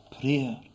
prayer